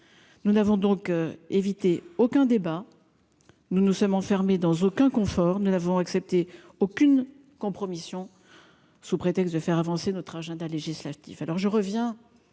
nous n'avons donc éviter aucun débat, nous nous sommes enfermés dans aucun confort ne l'avons accepté aucune compromission, sous prétexte de faire avancer notre agenda législatif